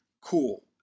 Cool